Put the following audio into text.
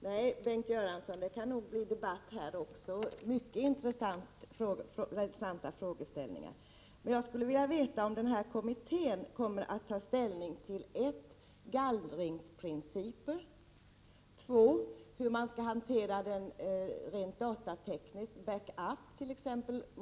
Herr talman! Det kan nog bli debatt här också, Bengt Göransson — detta är mycket intressanta frågeställningar. 2. hur man skall hantera det rent datatekniska, t.ex. med back-up.